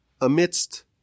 amidst